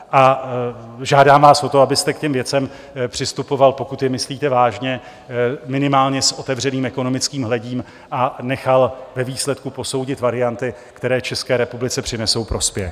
A žádám vás o to, abyste k těm věcem přistupoval, pokud je myslíte vážně, minimálně s otevřeným ekonomickým hledím a nechal ve výsledku posoudit varianty, které České republice přinesou prospěch.